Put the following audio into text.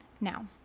Now